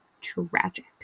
tragic